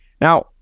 Now